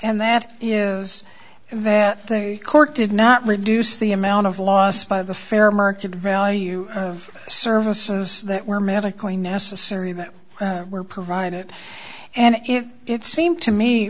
and that is that thing the court did not reduce the amount of loss by the fair market value of services that were medically necessary that were provided and if it seemed to me